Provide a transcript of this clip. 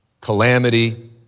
calamity